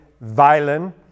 Violin